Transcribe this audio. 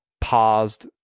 paused